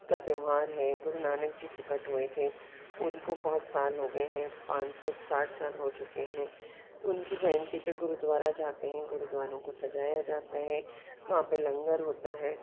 का त्यौहार है गुरु नानक जी प्रकट हुए थे उनको बहुत साल हो गए हैं पाँच सौ साठ साल हो चुके हैं उनकी जयंती पर गुरुद्वारा जाते हैं गुरुद्वारों को सजाया जाता है वहाँ पर लंगर होता है